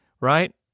Right